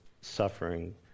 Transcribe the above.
suffering